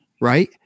right